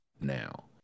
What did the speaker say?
now